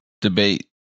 Debate